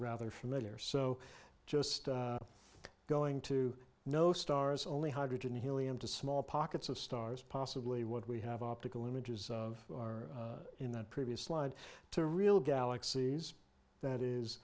rather familiar so just going to know stars only hydrogen helium to small pockets of stars possibly what we have optical images of in the previous slide to real galaxies that is